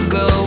go